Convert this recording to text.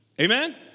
Amen